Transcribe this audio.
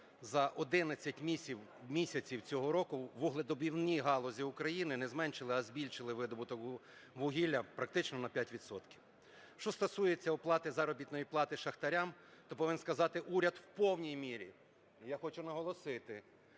за 11 місяців цього року у вугледобувній галузі України не зменшили, а збільшили видобуток вугілля практично на 5 відсотків. Що стосується оплати заробітної плати шахтарям, то повинен сказати, уряд в повній мірі, я хочу наголосити,